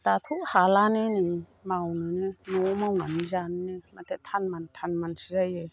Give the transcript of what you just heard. दाथ' हालानो नै मावनोनो न'आव मावनानै जानोनो माथो थानमान थानमानसो जायो